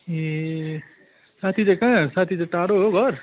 ए साथी चाहिँ कहाँ साथी चाहिँ टाढो हो घर